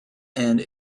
and